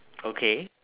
okay